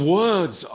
words